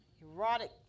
erotic